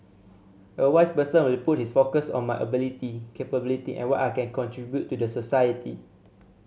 a wise person will put his focus on my ability capability and what I can contribute to the society